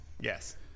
Yes